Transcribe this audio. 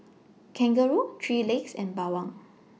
Kangaroo three Legs and Bawang